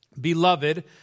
beloved